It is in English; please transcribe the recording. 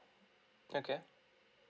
okay